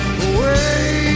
away